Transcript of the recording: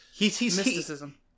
mysticism